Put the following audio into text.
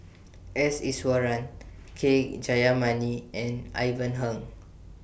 S Iswaran K Jayamani and Ivan Heng